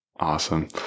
Awesome